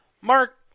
Mark